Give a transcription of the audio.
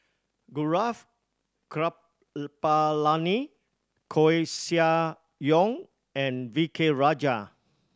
Gaurav Kripalani Koeh Sia Yong and V K Rajah